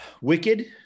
Wicked